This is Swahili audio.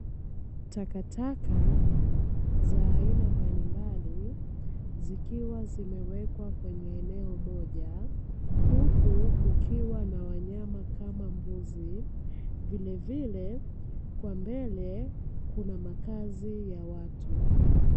Takataka za aina mbalimbali zikiwa zimewekwa kwenye eneo moja. Huku kukiwa na wanyama kama mbuzi, vilevile kwa mbele kuna makazi ya watu.